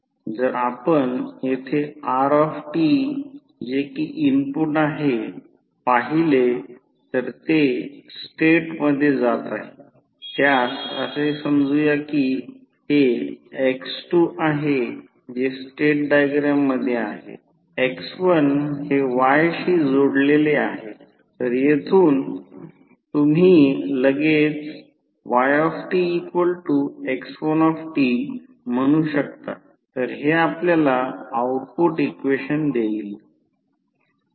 जर आपण येथे rt जे कि इनपुट आहे पाहिले तर ते स्टेट मध्ये जात आहे त्यास असे समजूया की हे x2 आहे जे स्टेट डायग्राम मध्ये आहे x1 हे y शी जोडलेले आहे तर येथून तुम्ही लगेचच yx1 म्हणू शकता तर हे आपल्याला आउटपुट इक्वेशन देईल